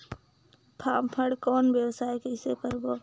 फाफण कौन व्यवसाय कइसे करबो?